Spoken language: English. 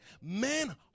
Men